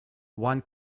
one